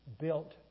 built